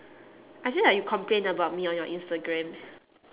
I feel like you complain about me on your instagram